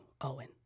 Owen